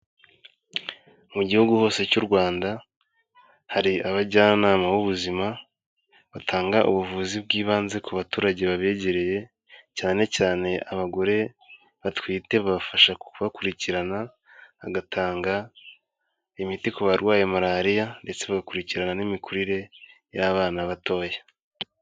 Mu gihugu hose cy'u Rwanda, hari abajyanama b'ubuzima, batanga ubuvuzi bw'ibanze ku baturage babegereye, cyane cyane abagore batwite babafasha kubakurikirana, hagatanga imiti ku barwaye malariya, ndetse bakurikirana n'imikurire y'abana batoya.